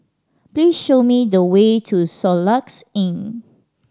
please show me the way to Soluxe Inn